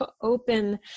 open